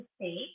say